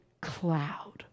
cloud